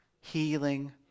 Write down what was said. healing